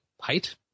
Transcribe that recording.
height